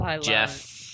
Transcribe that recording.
Jeff